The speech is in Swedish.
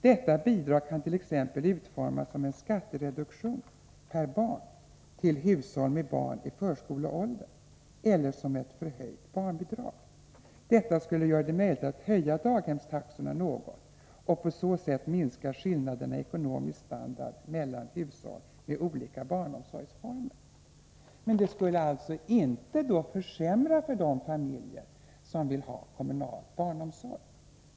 Detta bidrag kan t.ex. utformas som en skattereduktion till hushåll med barn i förskoleåldern eller som ett höjt barnbidrag. Detta skulle göra det möjligt att höja daghemstaxorna något och på så sätt minska skillnaderna i ekonomisk standard mellan hushåll med olika barnomsorgsform.” Detta är ett referat från ett sammandrag av synpunkterna i en brännpunktsartikel i Svenska Dagbladet. Men det skulle alltså inte försämra för de familjer som vill ha kommunal barnomsorg.